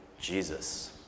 Jesus